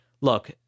Look